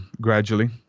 gradually